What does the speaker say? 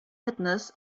fitness